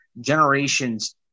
generations